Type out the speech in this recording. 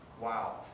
Wow